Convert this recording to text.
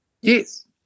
Yes